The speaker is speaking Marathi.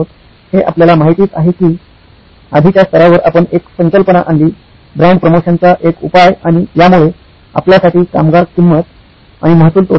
हे आपल्याला माहितीच आहे की आधीच्या स्तरावर आपण एक संकल्पना आणली ब्रँड प्रमोशनचा एक उपाय आणि यामुळे आपल्यासाठी कामगार किंमत आणि महसूल तोटा झाला